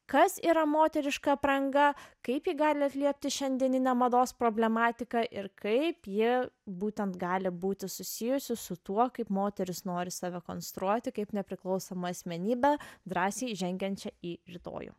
kas yra moteriška apranga kaip ji gali atliepti šiandieninę mados problematiką ir kaip ji būtent gali būti susijusi su tuo kaip moteris nori save konstruoti kaip nepriklausomą asmenybę drąsiai žengiančią į rytojų